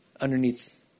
underneath